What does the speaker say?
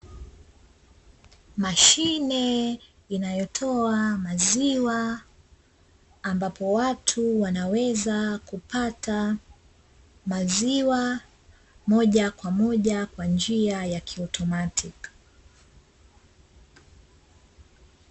Mashine inayotoa maziwa, ambapo watu wanaweza kupata maziwa moja kwa moja kwa njia ya kiautomatiki.